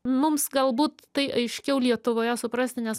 mums galbūt tai aiškiau lietuvoje suprasti nes